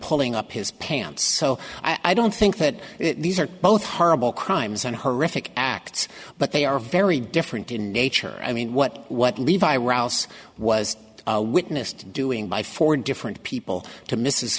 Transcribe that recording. pulling up his pants so i don't think that these are both horrible crimes and horrific acts but they are very different in nature i mean what what levi rouse was witnessed doing by four different people to mrs